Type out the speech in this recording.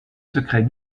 secrets